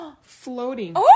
floating